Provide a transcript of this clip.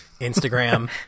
Instagram